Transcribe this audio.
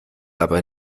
aber